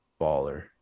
baller